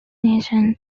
nations